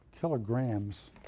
kilograms